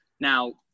Now